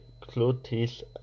clothes